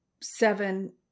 seven